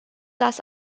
das